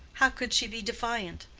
how could she be defiant?